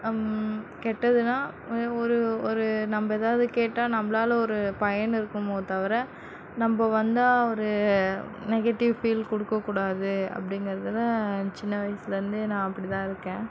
கெட்டதுனால் ஒரு ஒரு நம்ம ஏதாவது கேட்டால் நம்மளால் ஒரு பயன் இருக்கணுமோ தவிர நம்ம வந்தால் ஒரு நெகட்டிவ் ஃபீல் கொடுக்க கூடாது அப்படிங்கிறதுல சின்ன வயசில் இருந்தே நான் அப்படி தான் இருக்கேன்